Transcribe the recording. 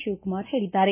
ಶಿವಕುಮಾರ ಹೇಳಿದ್ದಾರೆ